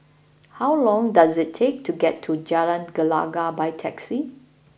how long does it take to get to Jalan Gelegar by taxi